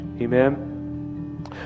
Amen